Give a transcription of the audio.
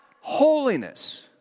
holiness